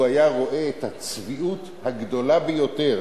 והוא היה רואה את הצביעות הגדולה ביותר